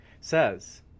says